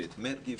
ואת מרגי,